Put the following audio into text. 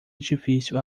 edifício